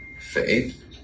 faith